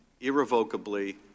irrevocably